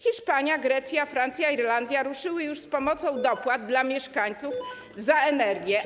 Hiszpania, Grecja, Francja, Irlandia ruszyły już z pomocą, chodzi o dopłaty, dla mieszkańców za energię.